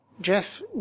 Jeff